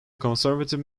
conservative